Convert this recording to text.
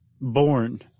born